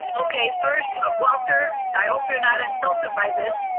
okay, first walter, i hope you're not insulted by this,